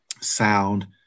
sound